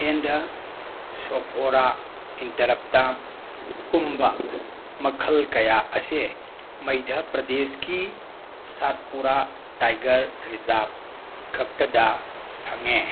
and ꯗ ꯁꯣꯐꯣꯔꯥ ꯏꯟꯇꯔꯞꯇꯥ ꯄꯨꯝꯕ ꯃꯈꯜ ꯀꯌꯥ ꯑꯁꯦ ꯃꯩꯙ ꯄ꯭ꯔꯗꯦꯁꯀꯤ ꯁꯥꯠꯄꯨꯔꯥ ꯇꯥꯏꯒꯔ ꯔꯤꯁꯥꯕ ꯈꯛꯇꯗ ꯐꯪꯉꯦ